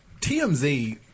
TMZ